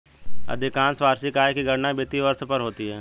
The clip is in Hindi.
अधिकांशत वार्षिक आय की गणना वित्तीय वर्ष पर होती है